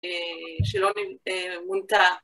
שלא מונתה